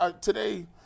Today